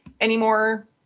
anymore